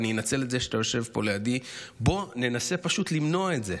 ואני אנצל את זה שאתה יושב פה לידי: בואו ננסה פשוט למנוע את זה,